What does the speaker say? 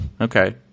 Okay